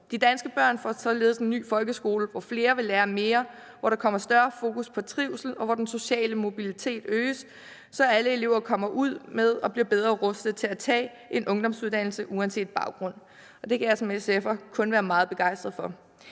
De danske børn får således en ny folkeskole, hvor flere vil lære mere, hvor der kommer større fokus på trivsel, og hvor den sociale mobilitet øges, så alle elever kommer ud med og bliver bedre rustet til at tage en ungdomsuddannelse uanset baggrund. Det kan jeg som SF'er kun være meget begejstret for.